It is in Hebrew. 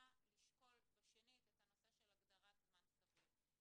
לשקול בשנית את הנושא של הגדרת זמן סביר.